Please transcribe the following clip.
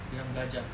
dia orang belajar